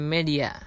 Media